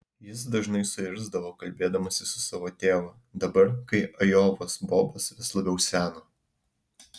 jis dažnai suirzdavo kalbėdamasis su savo tėvu dabar kai ajovos bobas vis labiau seno